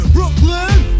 Brooklyn